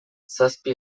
zazpi